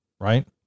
right